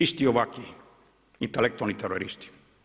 Isti ovakvi, intelektualni teroristi.